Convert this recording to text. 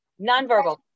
nonverbal